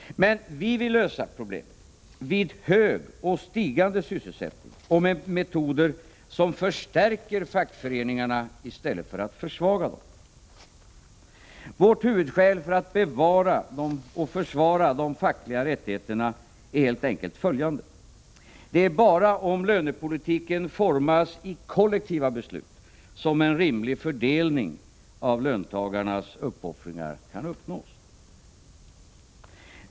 Men vi vill lösa problemen vid hög och stigande sysselsättning och med metoder som förstärker fackföreningarna i stället för att försvaga dem. Vårt huvudskäl för att bevara och försvara de fackliga rättigheterna är helt enkelt följande: Det är bara om lönepolitiken formas i kollektiva beslut som en rimlig fördelning av löntagarnas uppoffringar kan uppnås.